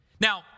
Now